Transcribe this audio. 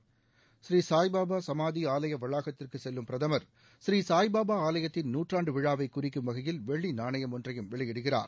பூரீ சாய் பாபா சமிதி ஆலய வளாகத்திற்கு செல்லும் பிரதமர் ஸ்ரீ சாய் பாபா ஆலயத்தின் நூற்றாண்டு விழாவை குறிக்கும் வகையில் வெள்ளி நாணயம் ஒன்றையும் வெளியிடுகிறார்